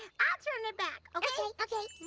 i'll turn it back, okay? okay